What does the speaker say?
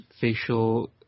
facial